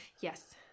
yes